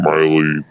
Miley